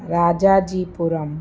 Rajajipuram